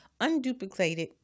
Unduplicated